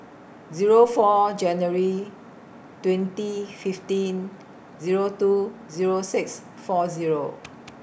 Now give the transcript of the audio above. Zero four January twenty fifteen Zero two Zero six four Zero